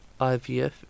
IVF